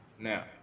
now